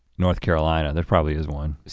north carolina, there probably isn't one.